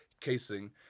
casing